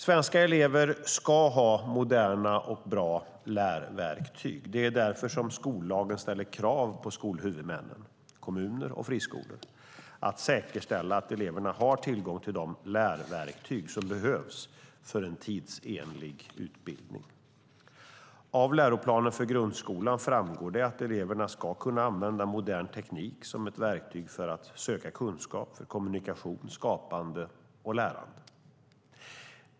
Svenska elever ska ha moderna och bra lärverktyg. Det är därför som skollagen ställer krav på skolhuvudmännen - kommuner och friskolor - att säkerställa att eleverna har tillgång till de lärverktyg som behövs för en tidsenlig utbildning. Av läroplanen för grundskolan framgår det att eleverna ska kunna använda modern teknik som ett verktyg för att söka kunskap, kommunicera, skapa och lära.